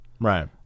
Right